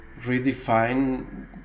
redefine